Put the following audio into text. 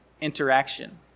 interaction